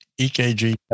EKG